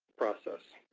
process.